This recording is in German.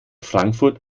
frankfurt